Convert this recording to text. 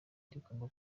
rigomba